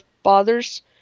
fathers